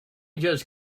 just